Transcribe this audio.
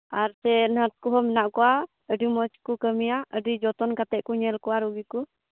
ᱟᱨ ᱪᱮᱫ ᱱᱟᱨᱥ ᱠᱚᱦᱚᱸ ᱢᱮᱱᱟᱜ ᱠᱚᱣᱟ ᱟᱹᱰᱤ ᱢᱚᱡᱽ ᱠᱚ ᱠᱟᱹᱢᱤᱭᱟ ᱟᱹᱰᱤ ᱡᱚᱛᱚᱱ ᱠᱟᱛᱮᱫ ᱠᱚ ᱧᱮᱞ ᱠᱚᱣᱟ ᱨᱩᱜᱤ ᱠᱚ